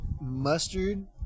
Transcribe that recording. Mustard